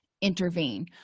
intervene